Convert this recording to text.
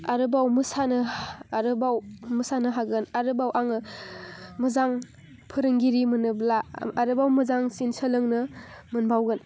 आरोबाव मोसानो हागोन आरोबाव आङो मोजां फोरोंगिरि मोनोब्ला आरोबाव मोजांसिन सोलोंनो मोनबावगोन